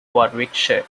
warwickshire